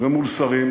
ומול שרים,